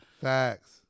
Facts